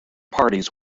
parties